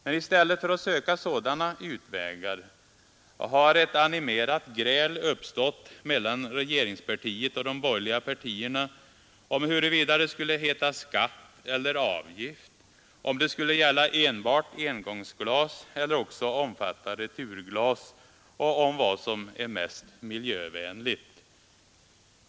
I stället för att söka sådana utvägar har ett animerat gräl uppstått mellan regeringspartiet och de borgerliga partierna om huruvida det skulle heta skatt eller avgift, om det skulle gälla enbart engångsglas eller också omfatta returglas, och om vad som är mest miljövänligt.